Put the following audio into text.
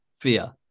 Fear